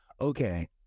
Okay